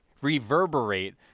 Reverberate